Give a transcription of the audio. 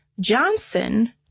Johnson